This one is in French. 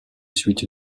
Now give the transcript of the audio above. suites